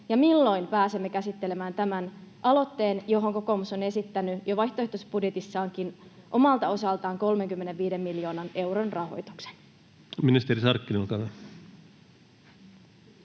milloin pääsemme käsittelemään tämän aloitteen, johon kokoomus on esittänyt jo vaihtoehtobudjetissaankin omalta osaltaan 35 miljoonan euron rahoituksen? [Speech 65] Speaker: